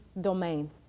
domain